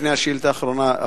לפני השאילתא האחרונה,